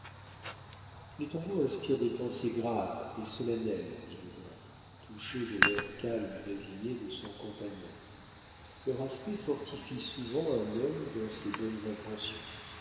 les tombeaux inspirent des pensées graves et solennelles dit le blanc touché de l'air calme et résigné de son compagnon leur aspect fortifie souvent un homme dans ses bonnes intentions